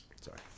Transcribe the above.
Sorry